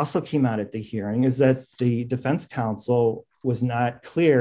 also came out at the hearing is that the defense counsel was not clear